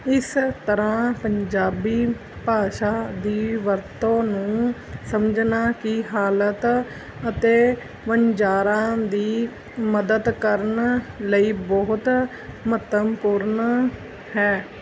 ਇਸ ਤਰ੍ਹਾਂ ਪੰਜਾਬੀ ਭਾਸ਼ਾ ਦੀ ਵਰਤੋਂ ਨੂੰ ਸਮਝਣਾ ਕਿ ਹਾਲਤ ਅਤੇ ਵਣਜਾਰਿਆਂ ਦੀ ਮਦਦ ਕਰਨ ਲਈ ਬਹੁਤ ਮਹੱਤਵਪੂਰਨ ਹੈ